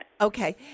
Okay